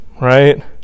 right